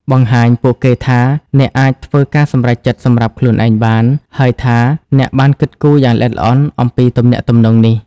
បង្ហាញពួកគេថា អ្នកអាចធ្វើការសម្រេចចិត្តសម្រាប់ខ្លួនឯងបាន ហើយថាអ្នកបានគិតគូរយ៉ាងល្អិតល្អន់អំពីទំនាក់ទំនងនេះ។